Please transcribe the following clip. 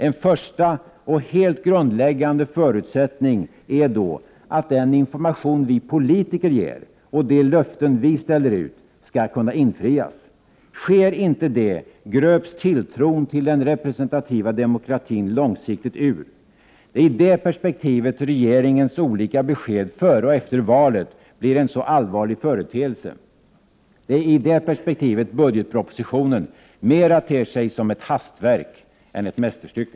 En första och helt grundläggande förutsättning är då, att den information som vi politiker ger och de löften som vi ställer ut skall kunna infrias. Sker inte det gröps tilltron till den representativa demokratin långsiktigt ur. Det är i det perspektivet som regeringens olika besked före och efter valet blir en så allvarlig företeelse. Det är i det perspektivet budgetpropositionen mera ter sig som ett hastverk än ett mästerstycke.